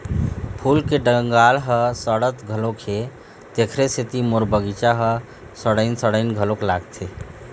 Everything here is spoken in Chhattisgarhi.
फूल के डंगाल ह सड़त घलोक हे, तेखरे सेती मोर बगिचा ह सड़इन सड़इन घलोक लागथे